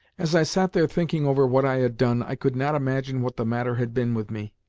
as i sat there thinking over what i had done, i could not imagine what the matter had been with me.